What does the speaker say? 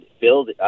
build